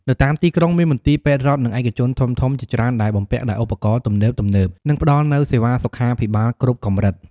នៅតាមទីក្រុង មាន មន្ទីរពេទ្យរដ្ឋ និងឯកជនធំៗ ជាច្រើនដែលបំពាក់ដោយឧបករណ៍ទំនើបៗ និងផ្តល់នូវសេវាសុខាភិបាលគ្រប់កម្រិត។